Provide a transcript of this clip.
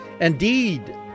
Indeed